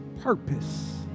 purpose